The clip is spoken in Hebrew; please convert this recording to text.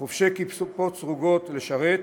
חובשי כיפות סרוגות לשרת.